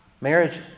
Marriage